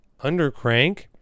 Undercrank